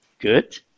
Good